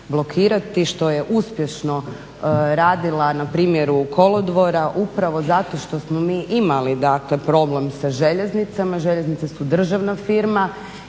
blokirati što je uspješno radila na primjeru kolodvora upravo zato što smo mi imali problem sa željeznicama. Željeznica su državna firma